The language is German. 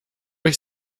ich